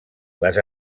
les